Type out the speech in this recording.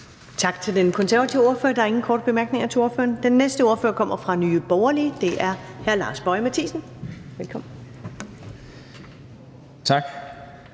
Tak til Dansk Folkepartis ordfører. Der er ingen korte bemærkninger til ordføreren. Den næste ordfører kommer fra Radikale Venstre. Det er fru Kathrine Olldag. Velkommen. Kl.